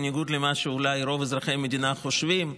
בניגוד למה שאזרחי מדינה חושבים,